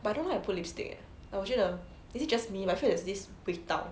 but I don't like to put lipstick leh is it just me 我觉得 there is this 味道